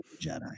Jedi